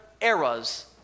eras